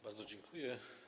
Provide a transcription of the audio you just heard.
Bardzo dziękuję.